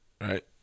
right